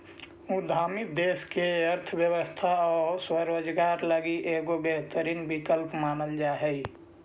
उद्यमिता देश के अर्थव्यवस्था आउ स्वरोजगार लगी एगो बेहतर विकल्प मानल जा हई